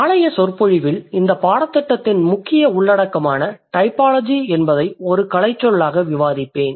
நாளைய சொற்பொழிவில் இந்தப் பாடத்திட்டத்தின் முக்கிய உள்ளடக்கமான டைபாலஜி என்பதை ஒரு கலைச்சொல்லாக விவாதிப்பேன்